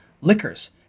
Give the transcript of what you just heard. liquors